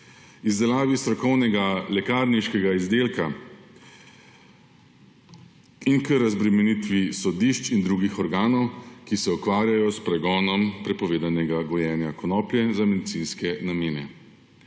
izdelavi strokovnega lekarniškega izdelka in k razbremenitvi sodišč in drugih organov, ki se ukvarjajo s pregonom prepovedanega gojenja konoplje za medicinske namene.